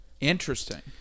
Interesting